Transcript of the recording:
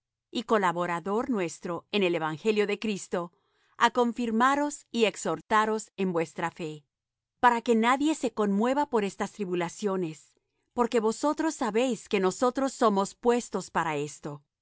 y colaborador nuestro en el evangelio de cristo á confirmaros y exhortaros en vuestra fe para que nadie se conmueva por estas tribulaciones porque vosotros sabéis que nosotros somos puestos para esto